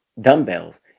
dumbbells